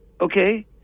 okay